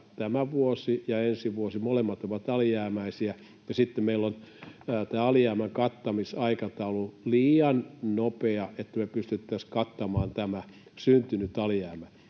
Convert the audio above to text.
tämä vuosi ja ensi vuosi, molemmat ovat alijäämäisiä ja sitten meillä on tämä alijäämän kattamisaikataulu liian nopea siihen, että me pystyttäisiin kattamaan tämä syntynyt alijäämä.